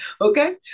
okay